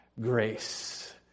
grace